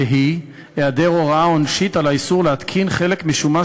והיא היעדר הוראה עונשית על האיסור להתקין חלק משומש